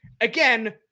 again